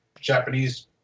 Japanese